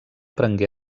prengué